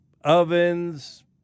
ovens